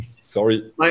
sorry